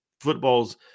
footballs